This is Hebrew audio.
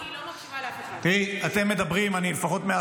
היא לא מקשיבה כי היא לא מקשיבה לאף אחד.